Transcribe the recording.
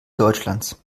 deutschlands